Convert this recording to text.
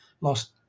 lost